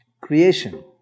creation